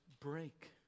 break